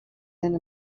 and